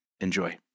Enjoy